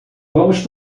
vamos